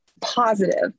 positive